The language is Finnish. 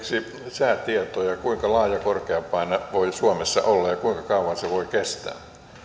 säätietoja kuinka laaja korkeapaine voi suomessa olla ja kuinka kauan se voi kestää